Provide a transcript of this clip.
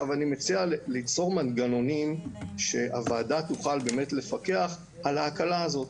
אני מציע ליצור מנגנונים שהוועדה תוכל באמת לפקח על ההקלה הזאת,